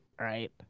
right